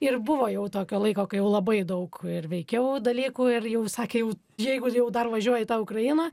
ir buvo jau tokio laiko kai jau labai daug ir veikiau dalykų ir jau sakė jeigu jau dar važiuoji į tą ukrainą